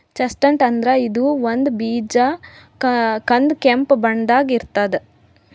chestnut ಅಂದ್ರ ಇದು ಒಂದ್ ಬೀಜ ಕಂದ್ ಕೆಂಪ್ ಬಣ್ಣದಾಗ್ ಇರ್ತದ್